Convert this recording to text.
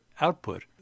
output